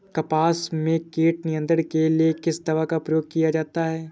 कपास में कीट नियंत्रण के लिए किस दवा का प्रयोग किया जाता है?